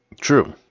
True